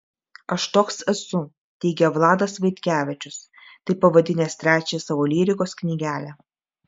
aš toks esu teigia vladas vaitkevičius taip pavadinęs trečią savo lyrikos knygelę